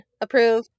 Approve